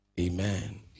Amen